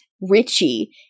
Richie